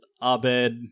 Abed